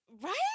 Right